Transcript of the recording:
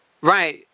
right